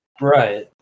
Right